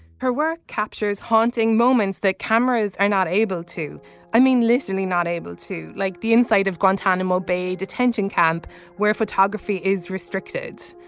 her work captures haunting moments that cameras are not able to. i mean literally not able to like the inside of guantanamo bay detention camp where photography is restricted.